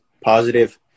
positive